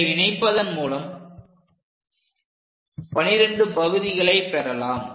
இதை இணைப்பதன் மூலம் 12 பகுதிகளை பெறலாம்